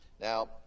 Now